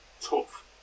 tough